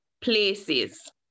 places